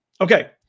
Okay